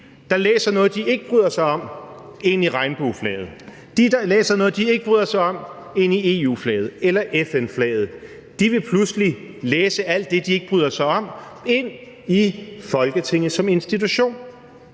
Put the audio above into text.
der læser noget, de ikke bryder sig om, ind i regnbueflaget, de, der læser noget, de ikke bryder sig om, ind i EU-flaget eller FN-flaget, vil pludselig læse alt det, de ikke bryder sig om, ind i Folketinget som institution,